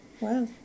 Wow